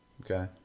okay